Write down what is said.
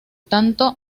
tanto